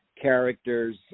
characters